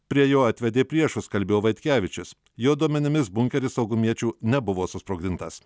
prie jo atvedė priešus kalbėjo vaitkevičius jo duomenimis bunkeris saugumiečių nebuvo susprogdintas